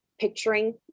picturing